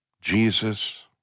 Jesus